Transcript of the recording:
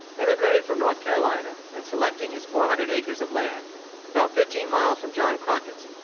emigrated from north carolina, and selecting his four hundred acres of land about fifteen miles from john crockett's,